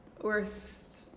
Worst